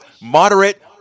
moderate